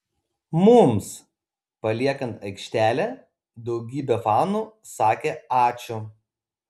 mums paliekant aikštelę daugybė fanų sakė ačiū